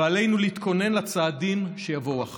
ועלינו להתכונן לצעדים שיבואו אחריו.